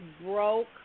broke